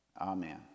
Amen